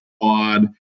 odd